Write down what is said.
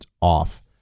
off